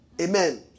Amen